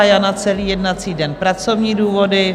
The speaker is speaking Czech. Jana celý jednací den pracovní důvody.